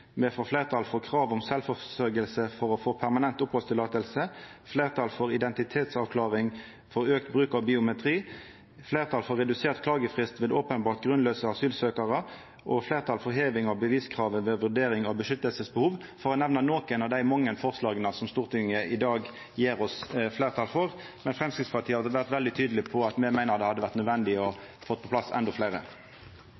Me får fleirtal for krav om sjølvforsørging for å få permanent opphaldsløyve, fleirtal for identitetsavklaring ved auka bruk av biometri, fleirtal for redusert klagefrist ved openbert grunnlause asylsøkjarar og fleirtal for heving av beviskravet ved vurdering av behovet for vern, for å nemna nokre av dei mange forslaga som Stortinget i dag gjev oss fleirtal for. Men Framstegspartiet er veldig tydelege på at me meiner det hadde vore nødvendig